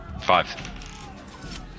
Five